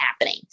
happening